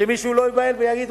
שמישהו לא ייבהל ויגיד,